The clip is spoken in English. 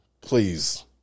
Please